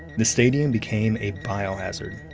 the stadium became a biohazard.